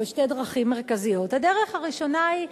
או בשתי דרכים מרכזיות: הדרך הראשונה היא,